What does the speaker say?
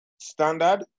standard